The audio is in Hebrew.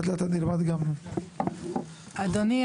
אדוני,